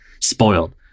spoiled